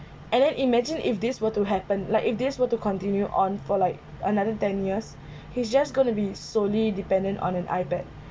and then imagine if this were to happen like if this were to continue on for like another ten years he's just going to be solely dependent on an ipad